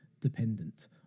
dependent